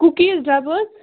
cookies ڈبہٕ حظ